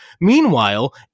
Meanwhile